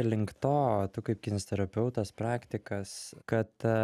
link to tu kaip kineziterapeutas praktikas kad